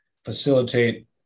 Facilitate